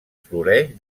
floreix